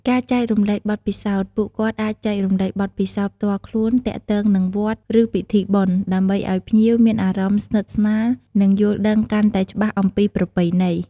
ពុទ្ធបរិស័ទតែងជួយថែរក្សាទ្រព្យសម្បត្តិវត្តអារាមឲ្យបានគង់វង្ស និងប្រើប្រាស់បានយូរអង្វែង សម្រាប់ប្រយោជន៍ដល់អ្នកចូលរួម និងភ្ញៀវទាំងអស់។